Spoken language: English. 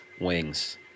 wings